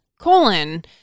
colon